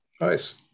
Nice